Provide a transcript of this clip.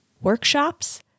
workshops